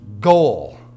goal